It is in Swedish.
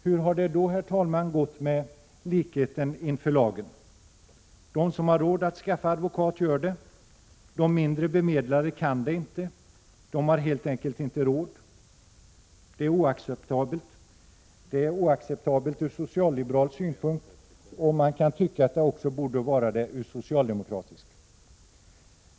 Hur har det då, herr talman, gått med likheten inför lagen? De som har råd att skaffa advokat gör det, de mindre bemedlade kan det inte; de har helt enkelt inte råd. Det är oacceptabelt ur socialliberal synpunkt, och man kan tycka att det också borde vara det ur socialdemokratisk.